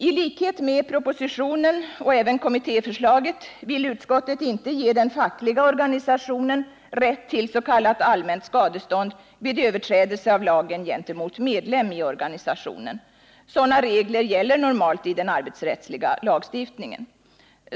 Ilikhet med propositionen och även med kommittéförslaget vill utskottet inte ge facklig organisation rätt till s.k. allmänt skadestånd vid överträdelse av lagen gentemot medlem i organisationen. Men sådana regler gäller normalt i den arbetsrättsliga lagstiftningen.